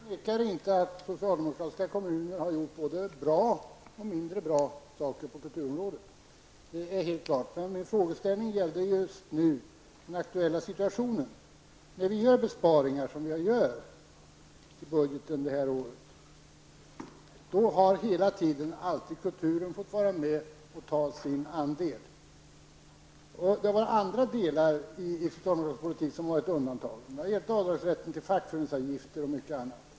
Herr talman! Socialdemokratiska kommuner har gjort både bra och mindre bra saker på kulturområdet. Men vad jag sade gällde den just nu aktuella situationen. När det skall göras besparingar, så som sker i årets budget, har kulturen alltid fått vara med och ta sin andel. Däremot har det inte gällt andra delar av den socialdemokratiska politiken, t.ex. avdragsrätten för fackföreningsavgifter och mycket annat.